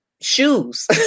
shoes